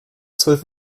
zwölf